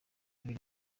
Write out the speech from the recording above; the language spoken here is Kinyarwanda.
abiri